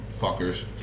Fuckers